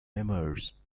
memoirs